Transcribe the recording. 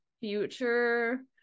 future